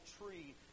tree